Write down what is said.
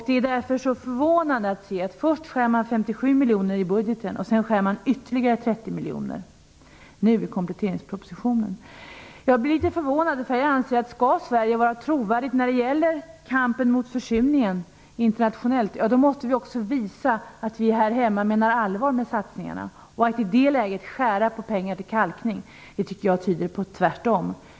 Det är därför så förvånande att man först skär 57 miljoner i budgeten och sedan ytterligare 30 miljoner i kompletteringspropositionen. Jag anser att vi - om Sverige skall vara trovärdigt internationellt i kampen mot försurningen - också här hemma måste visa att vi menar allvar med satsningarna. Att i det läget skära i bidragen till kalkning tycker jag tyder på motsatsen.